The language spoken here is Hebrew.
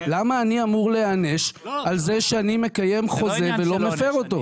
למה אני אמור להיענש על זה שאני מקיים חוזה ולא מפר אותו?